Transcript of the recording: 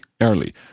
Early